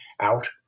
out